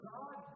God